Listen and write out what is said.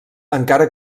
encara